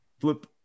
flip